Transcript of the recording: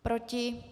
Proti?